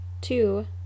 Two